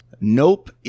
Nope